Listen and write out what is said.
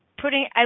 putting –